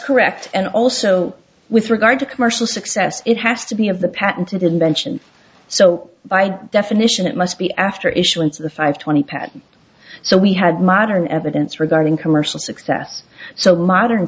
correct and also with regard to commercial success it has to be of the patented invention so by definition it must be after issuance of the five twenty patent so we had modern evidence regarding commercial success so modern